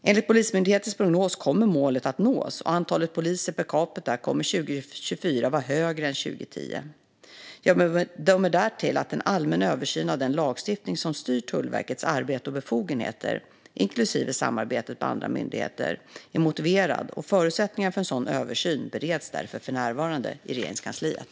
Enligt Polismyndighetens prognos kommer målet att nås, och antalet poliser per capita kommer 2024 att vara högre än 2010. Jag bedömer därtill att en allmän översyn av den lagstiftning som styr Tullverkets arbete och befogenheter, inklusive samarbetet med andra myndigheter, är motiverad, och förutsättningarna för en sådan översyn bereds därför för närvarande i Regeringskansliet.